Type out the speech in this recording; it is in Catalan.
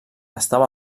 estava